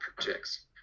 projects